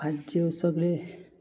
भाज्यो सगळे